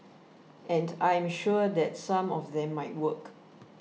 and I am sure that some of them might work